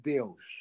Deus